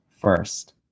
first